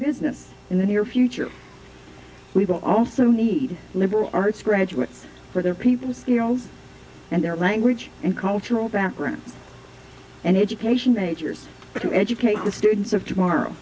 business in the near future we will also need liberal arts graduates for their people skills and their language and cultural backgrounds and education majors to educate the students of tomorrow